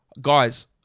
Guys